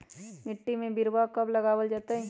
मिट्टी में बिरवा कब लगवल जयतई?